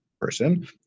person